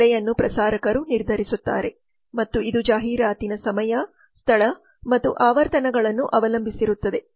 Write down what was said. ಬೆಲೆಯನ್ನು ಪ್ರಸಾರಕರು ನಿರ್ಧರಿಸುತ್ತಾರೆ ಮತ್ತು ಇದು ಜಾಹೀರಾತಿನ ಸಮಯ ಸ್ಥಳ ಮತ್ತು ಆವರ್ತನಗಳನ್ನು ಅವಲಂಬಿಸಿರುತ್ತದೆ